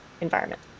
environment